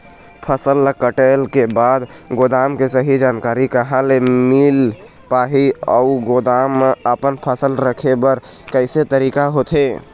फसल ला कटेल के बाद गोदाम के सही जानकारी कहा ले मील पाही अउ गोदाम मा अपन फसल रखे बर कैसे तरीका होथे?